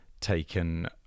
taken